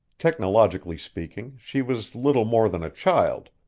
technologically speaking, she was little more than a child,